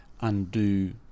undo